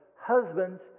Husbands